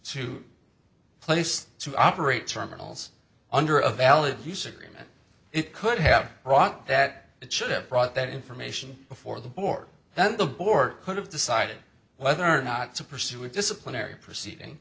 to place to operate terminals under a valid use agreement it could have brought that it should have brought that information before the board then the board could have decided whether or not to pursue a disciplinary proceeding